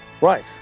Right